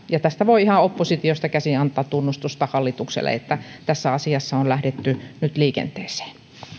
ja tästä voi ihan oppositiosta käsin antaa tunnustusta hallitukselle että tässä asiassa on lähdetty nyt liikenteeseen